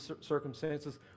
circumstances